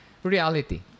Reality